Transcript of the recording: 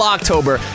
October